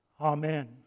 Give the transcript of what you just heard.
Amen